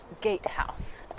Gatehouse